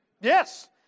yes